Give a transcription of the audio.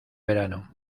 verano